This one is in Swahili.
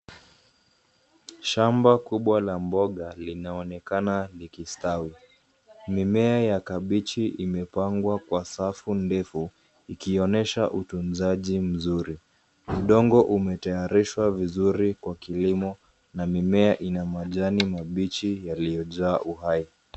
Shamba kubwa la mboga linaonekana likistawi. Mimea ya kabichi imepangwa kwa safu ndefu ikionesha utunzaji mzuri. Udongo umetayarishwa vizuri kwa kilimo na mimea ina majani mabichi yaliyojaa uhai.